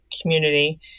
community